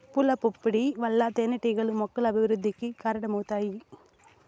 పూల పుప్పొడి వల్ల తేనెటీగలు మొక్కల అభివృద్ధికి కారణమవుతాయి